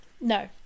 No